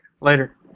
Later